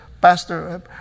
pastor